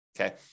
Okay